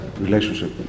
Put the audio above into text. relationship